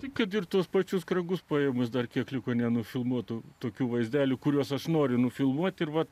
tai kad ir tuos pačius kragus paėmus dar kiek liko nenufilmuotų tokių vaizdelių kuriuos aš noriu nufilmuoti ir vat